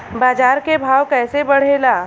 बाजार के भाव कैसे बढ़े ला?